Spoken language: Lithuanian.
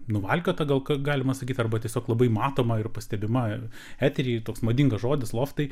nuvalkiota gal ką galima sakyti arba tiesiog labai matoma ir pastebima ir etery yra toks madingas žodis loftai